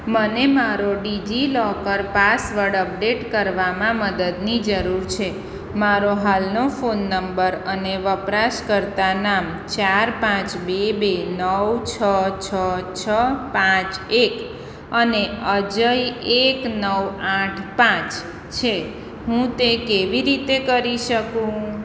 મને મારો DigiLocker password update કરવામાં મદદની જરૂર છે મારો હાલનો ફોન નંબર અને વપરાશકર્તા નામ ચાર પાંચ બે બે નવ છ છ છ પાંચ એક અને અજય એક નવ આઠ પાંચ છે હું તે કેવી રીતે કરી શકું